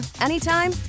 anytime